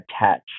attach